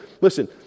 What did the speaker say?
listen